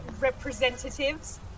representatives